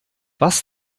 was